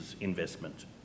investment